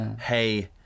hey